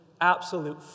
Absolute